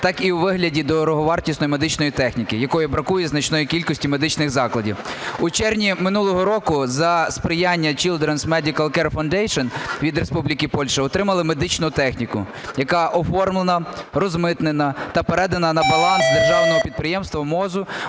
так і у вигляді дороговартісної медичної техніки, якої бракує значній кількості медичних закладів. У червні минулого року за сприяння Children's Medical Care Foundation від Республіки Польща отримали медичну техніку, яка оформлена, розмитнена та передана на баланс державного підприємства МОЗу